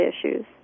issues